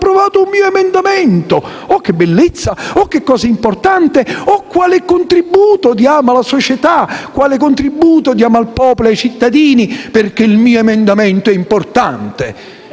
approvato un mio emendamento», «Oh, che bellezza, oh, che cosa importante, oh, quale contributo diamo alla società, al popolo e ai cittadini, perché il mio emendamento è importante».